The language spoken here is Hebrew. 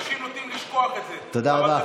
אנשים נוטים לשכוח את זה, אבל, תודה רבה.